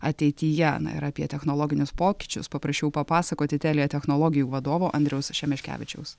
ateityje na ir apie technologinius pokyčius paprašiau papasakoti telia technologijų vadovo andriaus šemeškevičiaus